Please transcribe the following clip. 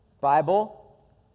Bible